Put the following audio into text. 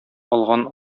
алган